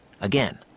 Again